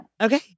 Okay